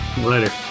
Later